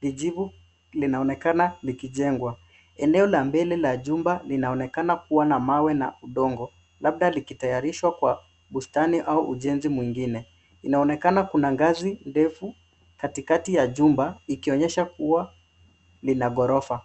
kijivu linaonekana likijengwa. Eneo la mbele la jumba linaonekana kuwa na mawe na udongo , labda likitayarishwa kwa bustani au ujenzi mwingine. Inaonekana kuna ngazi ndefu katikati ya jumba, ikionyesha kuwa lina ghorofa.